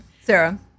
Sarah